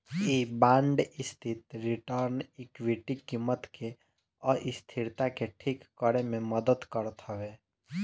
इ बांड स्थिर return equity कीमत के अस्थिरता के ठीक करे में मदद करत हवे